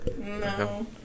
No